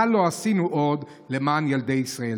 מה לא עשינו עוד למען ילדי ישראל.